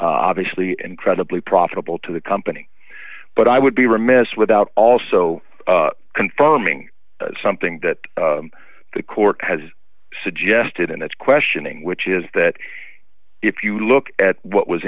obviously incredibly profitable to the company but i would be remiss without also confirming something that the court has suggested and that's questioning which is that if you look at what was